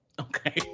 okay